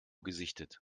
gesichtet